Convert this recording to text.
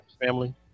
family